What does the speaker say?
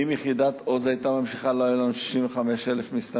אם יחידת "עוז" היתה ממשיכה לא היו לנו 65,000 מסתננים.